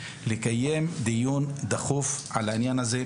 לקיים דיון דחוף על העניין הזה,